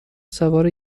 سوار